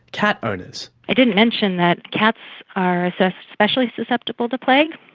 cat owners. i didn't mention that cats are especially susceptible to plague,